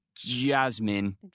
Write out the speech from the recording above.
Jasmine